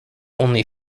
only